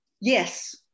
Yes